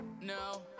no